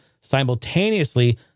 Simultaneously